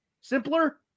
simpler